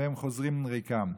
והם חוזרים ריקם.